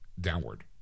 downward